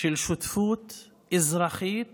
של שותפות אזרחית